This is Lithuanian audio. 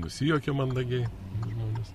nusijuokia mandagiai žmogus